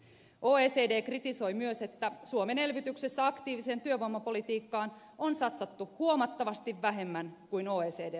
oecd kritisoi myös että suomen elvytyksessä aktiiviseen työvoimapolitiikkaan on satsattu huomattavasti vähemmän kuin oecd maissa keskimäärin